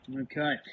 Okay